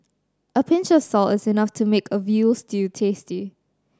a pinch of salt is enough to make a veal stew tasty